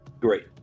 Great